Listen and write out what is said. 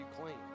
clean